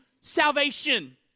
salvation